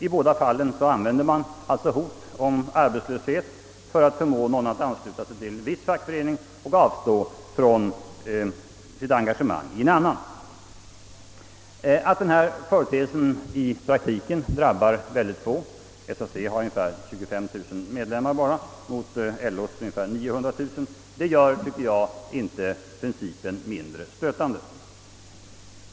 I båda fallen använder man hot om arbetslöshet för att förmå någon att ansluta sig till viss fackförening och avstå från sitt engagemang i en annan. Att denna företeelse i praktiken drabbar mycket få personer — SAC har bara 25000 medlemmar mot LO:s ungefär 200 000 — gör inte principen mindre stötande.